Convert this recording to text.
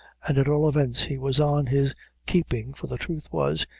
and, at all events, he was on his keeping, for the truth was,